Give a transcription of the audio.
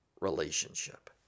relationship